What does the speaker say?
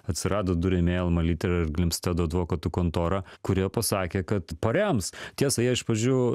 atsirado du rėmėjai alma litera ir glimsted advokatų kontora kurie pasakė kad parems tiesa jie iš pradžių